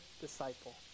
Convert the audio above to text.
disciple